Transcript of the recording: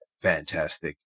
fantastic